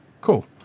Cool